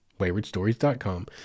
waywardstories.com